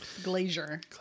Glazer